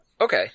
Okay